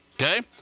Okay